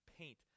paint